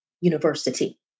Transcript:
University